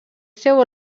seu